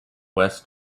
west